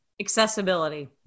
Accessibility